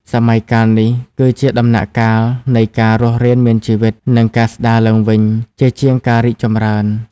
សម័យកាលនេះគឺជាដំណាក់កាលនៃ ការរស់រានមានជីវិត និងការស្តារឡើងវិញ ជាជាងការរីកចម្រើន។